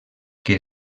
que